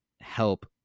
help